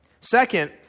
Second